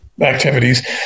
activities